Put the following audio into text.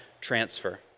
transfer